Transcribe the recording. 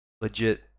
legit